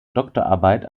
doktorarbeit